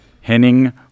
Henning